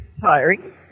tiring